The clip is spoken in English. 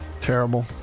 terrible